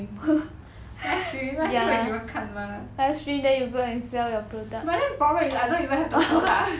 live stream 也要有人看 mah but then problem is I don't even have the product